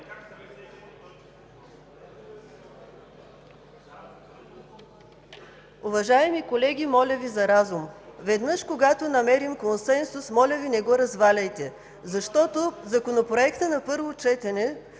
Уважаеми колеги, моля Ви за разум. Веднъж, когато намерим консенсус, моля Ви, не го разваляйте, защото Законопроектът на първо четене